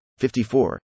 54